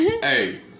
Hey